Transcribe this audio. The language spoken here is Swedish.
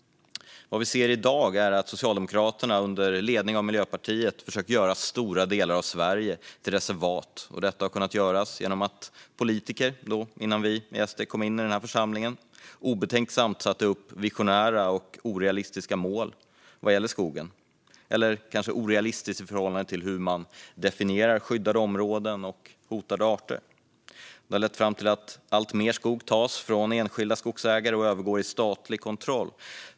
Vad vi ser i dag är att Socialdemokraterna under ledning av Miljöpartiet försöker göra stora delar av Sverige till reservat. Detta har kunnat göras genom att politiker, innan vi i SD kom in i den här församlingen, obetänksamt satte upp visionära och orealistiska mål vad gäller skogen - eller kanske orealistiska i förhållande till hur man definierar skyddade områden och hotade arter. Detta har lett fram till att alltmer skog tas från enskilda skogsägare och övergår i statlig kontroll.